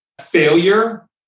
failure